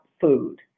food